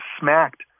smacked